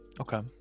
Okay